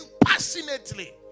passionately